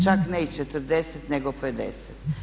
Čak ne i 40 nego 50.